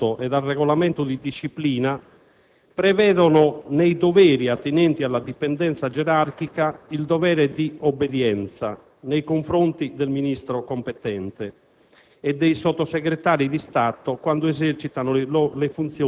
di cui alla legge n. 382 del 1978 e al regolamento di disciplina, prevedono nei doveri attinenti alla dipendenza gerarchica il dovere di obbedienza nei confronti del Ministro competente